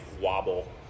Wobble